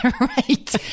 Right